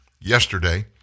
yesterday